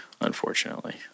unfortunately